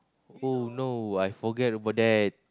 oh no I forget about that